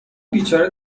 بیچاره